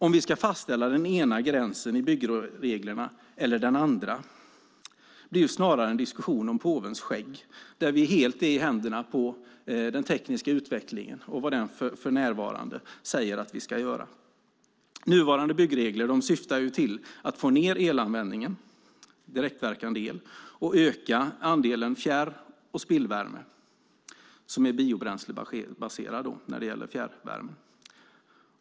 Om vi ska fastställa den ena gränsen i byggreglerna eller den andra blir ju snarare en diskussion om påvens skägg där vi helt är i händerna på den tekniska utvecklingen och vad den för närvarande säger att vi ska göra. Nuvarande byggregler syftar till att få ned användningen av direktverkande el och öka andelen fjärr och spillvärme, som är biobränslebaserad när det gäller fjärrvärme.